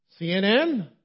CNN